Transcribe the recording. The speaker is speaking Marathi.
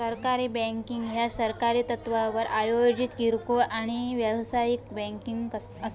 सहकारी बँकिंग ह्या सहकारी तत्त्वावर आयोजित किरकोळ आणि व्यावसायिक बँकिंग असा